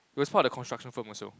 he was part of the construction firm also